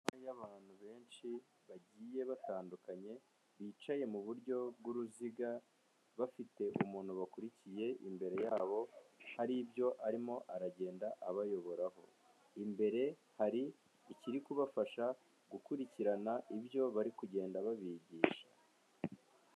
Hari abantu benshi bagiye batandukanye bicaye mu buryo bw'uruziga, bafite umuntu bakurikiye, imbere yabo hari ibyo arimo aragenda abayoboraho, imbere hari ikiri kubafasha gukurikirana ibyo bari kugenda babigisha.